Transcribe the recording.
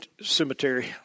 cemetery